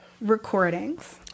recordings